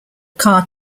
car